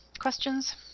questions